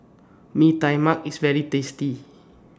Mee Tai Mak IS very tasty